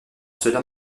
cela